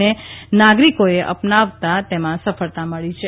અને નાગરિકોએ અપનાવતાં તેમાં સફળતા મળી છે